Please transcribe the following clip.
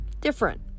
different